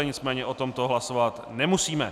Nicméně o tomto hlasovat nemusíme.